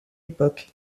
époque